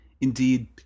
Indeed